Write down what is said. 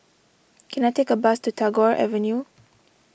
can I take a bus to Tagore Avenue